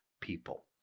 people